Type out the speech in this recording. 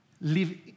live